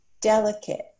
delicate